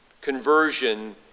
Conversion